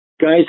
guys